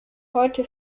heute